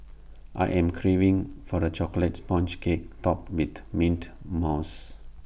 I am craving for the Chocolate Sponge Cake Topped with Mint Mousse